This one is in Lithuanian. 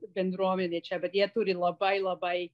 bendruomenė čia bet jie turi labai labai